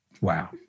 Wow